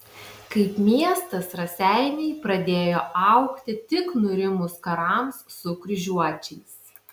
kaip miestas raseiniai pradėjo augti tik nurimus karams su kryžiuočiais